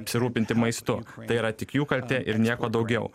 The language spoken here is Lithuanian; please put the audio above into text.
apsirūpinti maistu tai yra tik jų kaltė ir nieko daugiau